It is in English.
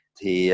Thì